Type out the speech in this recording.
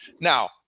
Now